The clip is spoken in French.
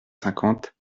cinquante